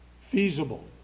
feasible